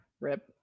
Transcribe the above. Rip